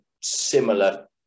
similar